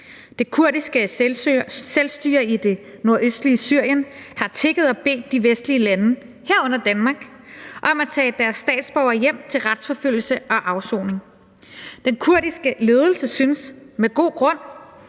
Det kurdiske selvstyre i det nordøstlige Syrien har tigget og bedt de vestlige lande, herunder Danmark, om at tage deres statsborgere hjem til retsforfølgelse og afsoning. Den kurdiske ledelse synes med god grund